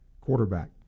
quarterback